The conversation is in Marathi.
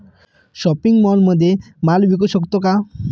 शॉपिंग मॉलमध्ये माल विकू शकतो का?